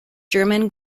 german